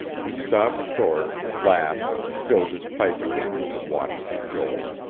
he stopped short, laughed, filled his pipe again, watched joel.